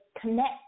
connect